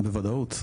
בוודאות.